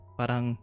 parang